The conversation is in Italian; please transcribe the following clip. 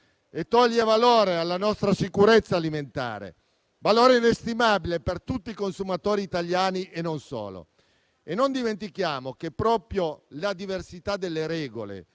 per togliere valore alla nostra sicurezza alimentare, valore inestimabile per tutti i consumatori italiani e non solo. Non dimentichiamo che proprio la diversità delle regole